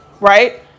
right